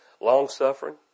Long-suffering